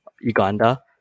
Uganda